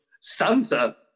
Santa